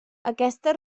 aquesta